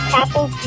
apple